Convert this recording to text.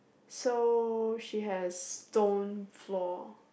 so she has stone floor